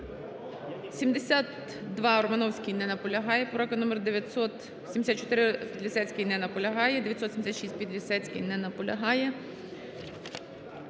972, Романовський. Не наполягає. Поправка номер 974, Підлісецький. Не наполягає. 976-а, Підлісецький. Не наполягає.